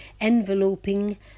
enveloping